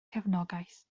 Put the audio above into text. cefnogaeth